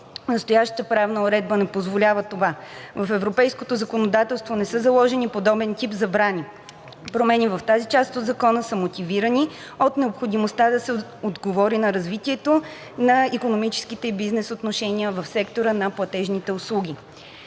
Настоящата правна уредба не позволява това. В европейското законодателство не са заложени подобен тип забрани. Промени в тази част от Закона са мотивирани от необходимостта да се отговори на развитието на икономическите и бизнес отношения в сектора на платежните услуги.